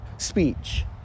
speech